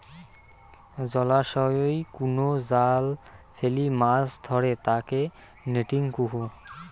জলাশয়ই কুনো জাল ফেলি মাছ ধরে তাকে নেটিং কহু